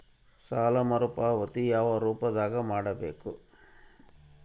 ಸಾಲ ಮರುಪಾವತಿ ಯಾವ ರೂಪದಾಗ ಮಾಡಬೇಕು?